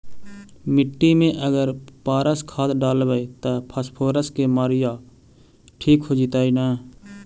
मिट्टी में अगर पारस खाद डालबै त फास्फोरस के माऋआ ठिक हो जितै न?